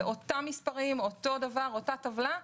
זה אותם מספרים, אותו דבר, אותה טבלה,